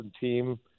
team